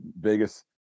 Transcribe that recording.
vegas